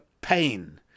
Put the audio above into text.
pain